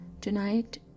Tonight